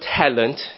talent